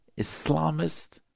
Islamist